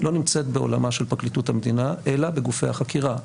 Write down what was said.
לא נמצאת בעולמה של פרקליטות המדינה אלא בגופי החקירה,